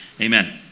Amen